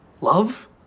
Love